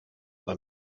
war